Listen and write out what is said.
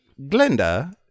Glenda